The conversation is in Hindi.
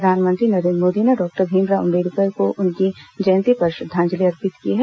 प्रधानमंत्री नरेन्द्र मोदी ने डॉक्टर भीमराव अम्बेडकर को उनकी जयंती पर श्रद्वांजलि अर्पित की है